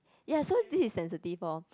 ya so this is sensitive lor